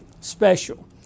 special